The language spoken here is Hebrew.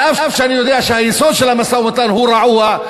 אף שאני יודע שהיסוד של המשא-ומתן הוא רעוע,